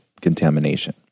contamination